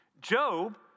Job